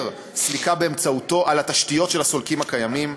סליקה באמצעותו על התשתיות של הסולקים הקיימים.